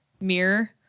mirror